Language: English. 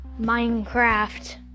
Minecraft